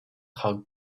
how